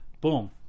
boom